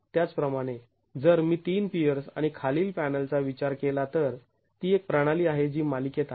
त्याचप्रमाणे जर मी ३ पियर्स आणि खालील पॅनलचा विचार केला तर ती एक प्रणाली आहे जी मालिकेत आहे